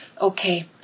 Okay